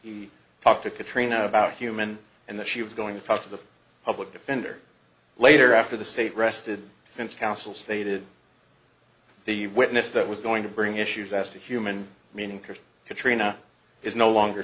he talked to katrina about human and that she was going to talk to the public defender later after the state rested since counsel stated the witness that was going to bring issues asked a human meaning person katrina is no longer